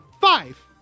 five